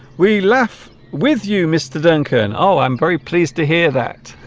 we laugh with you mr. duncan oh i'm very pleased to hear that